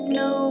no